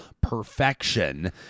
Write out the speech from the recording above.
perfection